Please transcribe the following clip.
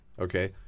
Okay